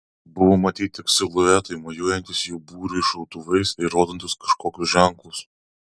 buvo matyti tik siluetai mojuojantys jų būriui šautuvais ir rodantys kažkokius ženklus